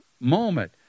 moment